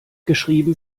geschrieben